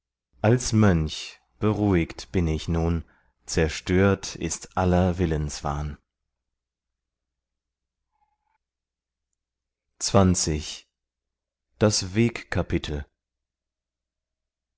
als mönch beruhigt bin ich nun zerstört ist aller willenswahn